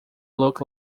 look